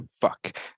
fuck